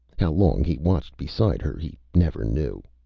how long he watched beside her he never knew.